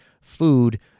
food